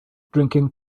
drinking